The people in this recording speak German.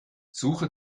suche